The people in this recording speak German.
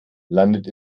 landet